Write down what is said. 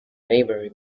maybury